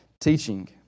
teaching